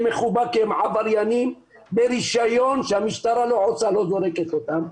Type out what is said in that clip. מכובה כי הם עבריינים ברישיון שהמשטרה לא זורקת אותם.